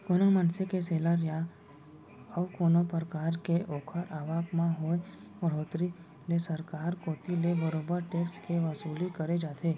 कोनो मनसे के सेलरी या अउ कोनो परकार के ओखर आवक म होय बड़होत्तरी ले सरकार कोती ले बरोबर टेक्स के वसूली करे जाथे